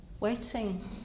waiting